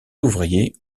ouvriers